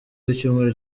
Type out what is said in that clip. w’icyumweru